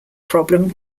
problem